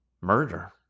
murder